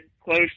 close